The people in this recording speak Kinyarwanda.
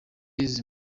izi